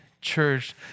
church